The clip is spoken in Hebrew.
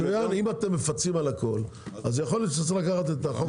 אם אתם מפצים על הכול אולי צריך לקחת את החוק